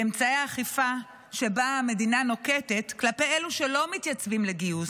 באמצעי האכיפה שבה המדינה נוקטת כלפי אלה שלא מתייצבים לגיוס,